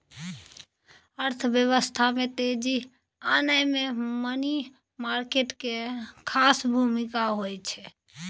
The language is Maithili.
अर्थव्यवस्था में तेजी आनय मे मनी मार्केट केर खास भूमिका होइ छै